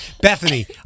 Bethany